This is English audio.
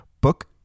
book